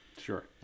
Sure